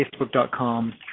facebook.com